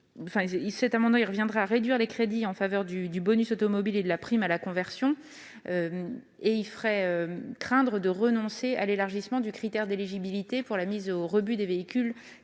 conséquence de réduire les crédits en faveur du bonus automobile et de la prime à la conversion et pourrait, c'est une crainte, faire renoncer à l'élargissement du critère d'éligibilité pour la mise au rebut des véhicules